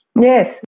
Yes